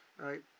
right